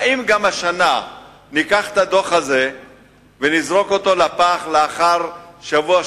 האם גם השנה ניקח את הדוח הזה ונזרוק אותו לפח לאחר שבוע,